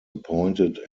appointed